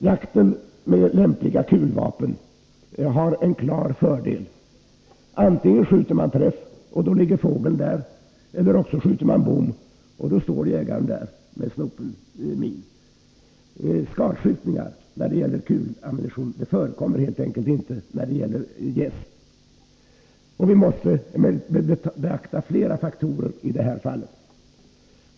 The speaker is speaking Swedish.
Jakten med lämpliga kulvapen har en klar fördel: antingen skjuter man träff, och då ligger fågeln där, eller också skjuter man bom, och då står jägaren där med snopen min. Skadskjutningar med kulammunition förekommer helt enkelt inte när det gäller gäss. Vi måste emellertid beakta flera faktorer i detta fall.